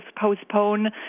postpone